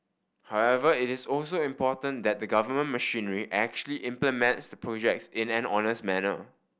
however it is also important that the government machinery actually implements the projects in an honest manner